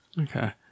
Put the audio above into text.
Okay